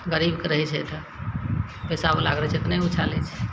गरीबके रहय छै तऽ पैसावला के रहय छै तऽ नहि उछालय छै